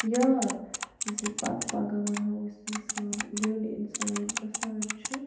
یاد زِ پَتہٕ پَگاہ وَنہو أسۍ مِثال بٔڑۍ اِنسان ییٚلہ گَژھان چھِ